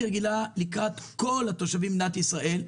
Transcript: רגילה לקראת כל התושבים במדינת ישראל,